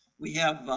we have.